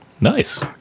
Nice